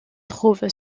trouve